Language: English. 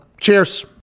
Cheers